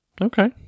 Okay